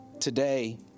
Today